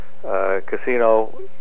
casino